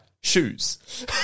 shoes